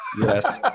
Yes